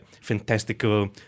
fantastical